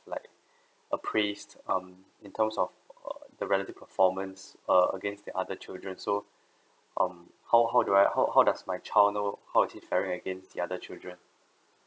like appraised um in terms of uh the relative performance uh against the other children so um how how do I how how does my child know how is he against the other children